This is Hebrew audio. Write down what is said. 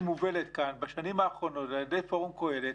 שמובלת כאן בשנים האחרונות ועל-ידי פורום קהלת,